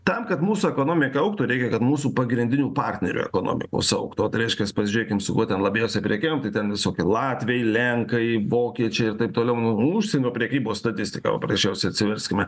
tam kad mūsų ekonomika augtų reikia kad mūsų pagrindinių partnerių ekonomikos augtų o tai reiškias pasižiūrėkim su kuo ten labiausiai prekiaujam tai ten visokie latviai lenkai vokiečiai ir taip toliau užsienio prekybos statistika prasčiausiai atsiverskime